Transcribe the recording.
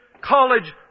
college